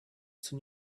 see